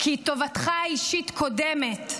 כי טובתך האישית קודמת.